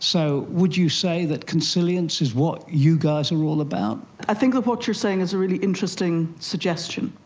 so would you say that consilience is what you guys are all about? i think that what you're saying is a really interesting suggestion,